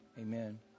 Amen